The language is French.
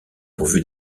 pourvu